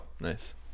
nice